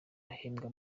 bahembwa